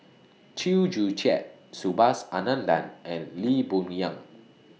Chew Joo Chiat Subhas Anandan and Lee Boon Yang